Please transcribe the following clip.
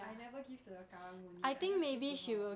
I never give to the karang guni I just give to her